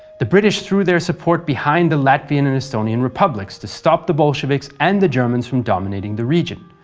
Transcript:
the british threw their support behind the latvian and estonian republics to stop the bolsheviks and the germans from dominating the region.